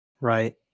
Right